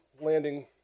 landing